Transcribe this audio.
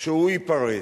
שהוא ייפרץ.